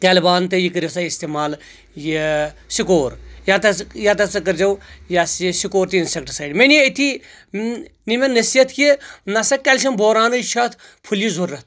کیلبان تہٕ یہِ کٔرو سا استعمال یہِ سِکور یتھ حظ یتھ ہسا کٔرۍزیٚو یہِ ہسا یہِ سِکور تہٕ انسیٚکٹہٕ سایٚڈ مےٚ نی اتتی نی مےٚ نصیٖحت کہِ نہ سا کیٚلشم بورانے چھِ اتھ پھلیہِ ضرورتھ